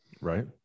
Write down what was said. Right